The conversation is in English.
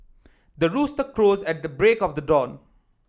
the rooster crows at the break of the dawn